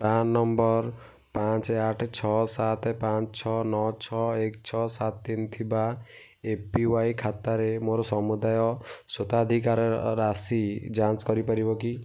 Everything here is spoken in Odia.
ପ୍ରାନ୍ ନମ୍ବର୍ ପାଞ୍ଚ ଆଠ ଛଅ ସାତ ପାଞ୍ଚ ଛଅ ନଅ ଛଅ ଏକ ଛଅ ସାତ ତିନି ଥିବା ଏ ପି ୱାଇ ଖାତାରେ ମୋର ସମୁଦାୟ ସ୍ୱତ୍ୱାଧିକାର ରାଶି ଯାଞ୍ଚ କରିପାରିବ କି